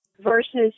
versus